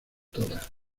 dra